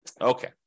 okay